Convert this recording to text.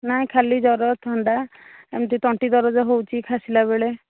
ନାଇଁ ଖାଲି ଜ୍ଵର ଥଣ୍ଡା ଏମିତି ତଣ୍ଟି ଦରଜ ହେଉଛି କାଶିଲା ବେଳେ